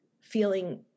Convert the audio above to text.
feeling